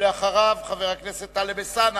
ואחריו, חבר הכנסת טלב אלסאנע,